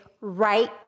right